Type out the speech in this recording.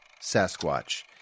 Sasquatch